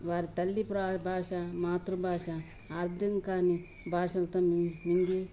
వారి తల్లి ప్ర భాష మాతృభాష అర్థం కాని భాషలతో మి మింగి